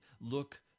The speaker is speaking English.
look